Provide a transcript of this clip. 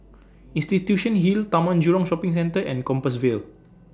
Institution Hill Taman Jurong Shopping Centre and Compassvale